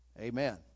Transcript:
amen